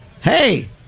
hey